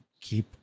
keep